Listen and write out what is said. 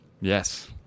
yes